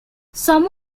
some